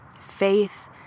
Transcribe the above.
Faith